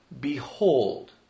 Behold